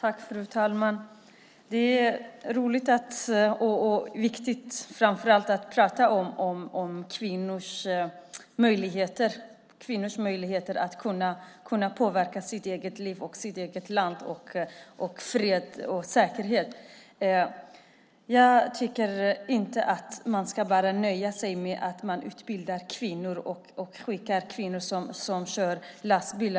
Fru talman! Det är roligt och framför allt viktigt att prata om kvinnors möjligheter att påverka sitt eget liv, sitt eget land och fred och säkerhet. Jag tycker inte att man ska nöja sig med att utbilda kvinnor och skicka kvinnor som kör lastbil.